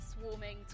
swarming